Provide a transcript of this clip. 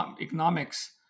economics